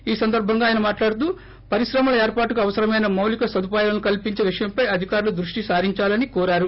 ఈ సందర్భంగా మాట్లాడుతూ పరిశ్రమల ఏర్పాటుకు అవసరమైన మౌలీక సదుపాయాలను ్కల్సించే విషయంపై అధికారులుొదృష్షి సారించాలని కోరారు